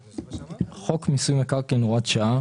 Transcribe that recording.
7.חוק מיסוי מקרקעין הוראת שעה.